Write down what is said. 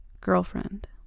Girlfriend